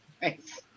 Thanks